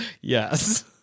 Yes